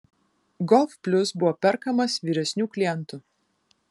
golf plius buvo perkamas vyresnių klientų